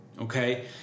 okay